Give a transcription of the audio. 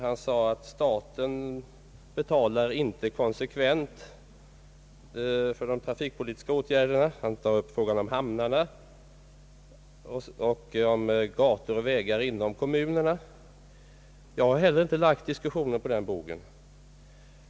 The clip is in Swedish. Han sade att staten inte betalar konsekvent för de trafikpolitiska åtgärderna; han tog upp frågan om hamnarna och om gator och vägar inom kommunerna. Jag har heller inte lagt diskussionen på den bogen.